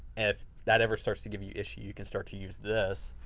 if that ever starts to give you issue, you can start to use this